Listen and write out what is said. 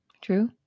True